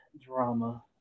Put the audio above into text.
drama